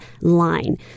line